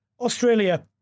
Australia